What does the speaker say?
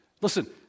listen